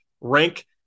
rank